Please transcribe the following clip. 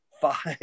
Five